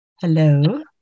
Hello